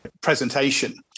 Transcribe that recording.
presentation